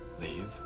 leave